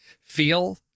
feel